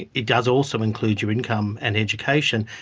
it it does also include your income and education.